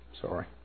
Sorry